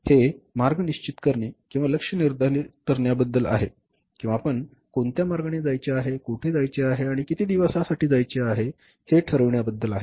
हे मार्ग निश्चित करणे किंवा लक्ष्य निर्धारित करण्याबद्दल आहे किंवा आपण कोणत्या मार्गाने जायचे आहे कोठे जायचे आहे आणि किती दिवस साठी जायचे आहे हे ठरविण्याबद्दल आहे